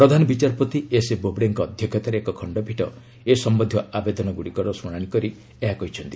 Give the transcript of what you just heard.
ପ୍ରଧାନ ବିଚାରପତି ଏସ୍ଏ ବୋବଡେଙ୍କ ଅଧ୍ୟକ୍ଷତାରେ ଏକ ଖଣ୍ଡପୀଠ ଏ ସମ୍ୟନ୍ଧୀୟ ଆବେଦନଗୁଡ଼ିକର ଶୁଣାଣି କରି ଏହା କହିଛନ୍ତି